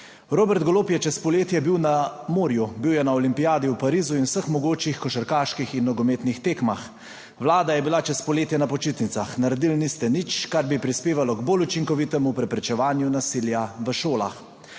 Robert Golob je bil čez poletje na morju, bil je na olimpijadi v Parizu in vseh mogočih košarkaških in nogometnih tekmah. Vlada je bila čez poletje na počitnicah. Naredili niste nič, kar bi prispevalo k bolj učinkovitemu preprečevanju nasilja v šolah.